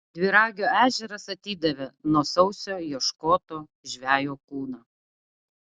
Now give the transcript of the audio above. dviragio ežeras atidavė nuo sausio ieškoto žvejo kūną